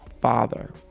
father